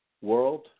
world